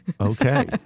Okay